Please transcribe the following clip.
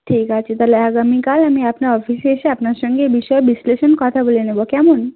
ঠিক আছে তাহলে আগামিকাল আমি আপনার অফিসে এসে আপনার সঙ্গে এ বিষয়ে বিশ্লেষণ কথা বলে নেব কেমন